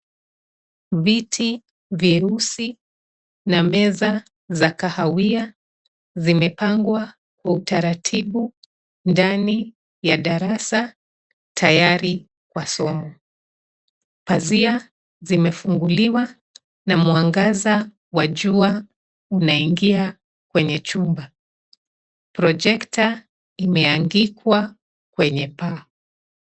Viti vyeusi na meza za kahawia vimepangwa kwa utaratibu ndani ya darasa tayari kwa somo. Pazia zimefunguliwa na mwangaza wa jua unaingia kwenye chumba. Projekta imeangikwa kwenye paa.